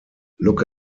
look